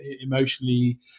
emotionally